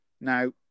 Now